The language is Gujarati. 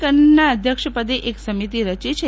કન્નના અધ્યક્ષ પદેન એક સમિતિ રચી છે